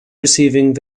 receiving